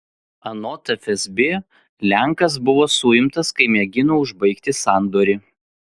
anot fsb lenkas buvo suimtas kai mėgino užbaigti sandorį